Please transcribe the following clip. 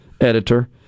editor